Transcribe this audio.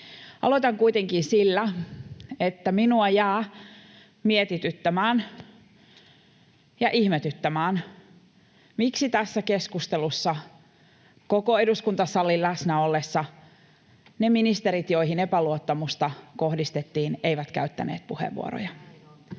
Aloitan kuitenkin sillä, että minua jää mietityttämään ja ihmetyttämään, miksi tässä keskustelussa koko eduskuntasalin läsnä ollessa ne ministerit, joihin epäluottamusta kohdistettiin, eivät käyttäneet puheenvuoroja.